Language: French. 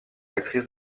actrice